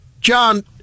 John